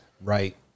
Right